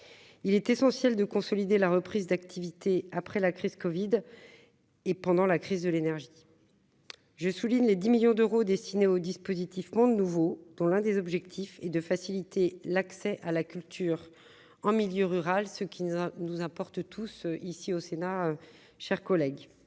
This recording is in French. il est essentiel de consolider la reprise d'activité après la crise Covid et pendant la crise de l'énergie, je souligne les 10 millions d'euros destinés au dispositif feront de nouveau dont l'un des objectifs est de faciliter l'accès à la culture en milieu rural, ce qui nous importe tous ici au Sénat, chers collègues,